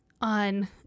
on